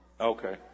okay